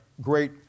great